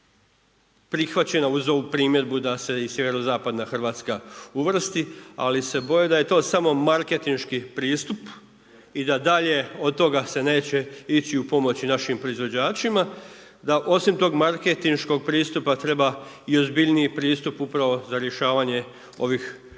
prihvaćena uz ovu primjedbu da se i sjeverozapadna Hrvatska uvrsti, ali se boje da je to samo marketinški pristup i da dalje od toga se neće ići u pomoć našim proizvođačima, da osim tog marketinškog pristupa treba i ozbiljniji pristup upravo za rješavanja ovih tržišnih